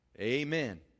Amen